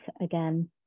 again